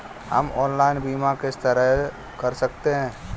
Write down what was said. हम ऑनलाइन बीमा किस तरह कर सकते हैं?